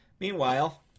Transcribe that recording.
Meanwhile